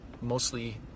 mostly